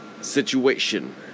situation